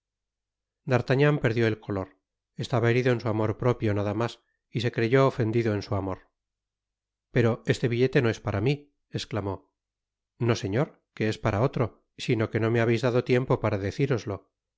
d'artagnan perdió el color estaba herido en su amor propio nada mas y se creyó ofendido en su amor pero este billete no es para mi esctamó no señor que es para otro sino que no me habeis dado tiempo para